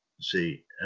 see